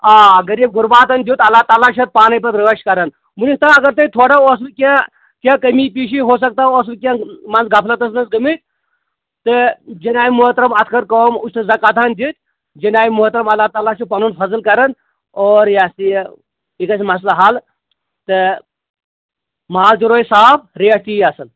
آ غریٖب غُرباتَن دیُت اللہ تعلیٰ چھِ اَتھ پانَے پَتہٕ رٲچھ کران وٕنیُک تام اَگر تۄہہِ تھوڑا اوسوُ کیٚنہہ کیٚنہہ کٔمی پیٖشی ہوسکتا اوسوُ کیٚنہہ منٛزٕ غفلَتَس منٛز گٔمٕتۍ تہٕ حِنابہِ موٚحتَرَم اَتھ کٔر کٲم اُشرٕ زَکات ہَن دِتۍ جِنابہِ موٚحتَرَم اللہ تعلیٰ چھِ پَنُن فَضل کران اور یہِ ہَسا یہِ یہِ گژھِ مَسلہٕ حل تہٕ مال تہِ روزِ صاف ریٹ تہِ یی اَصٕل